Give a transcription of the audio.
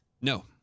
No